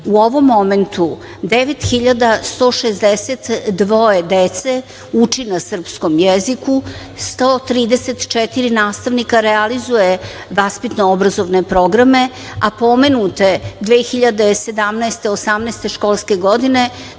ovom momentu 9.162 dece uči na srpskom jeziku, 134 nastavnika realizuje vaspitno-obrazovne programe, a pomenute 2017/2018 školske godine